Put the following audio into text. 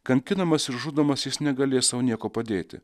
kankinamas ir žudomas jis negalės sau nieko padėti